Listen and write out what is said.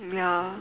ya